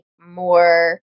more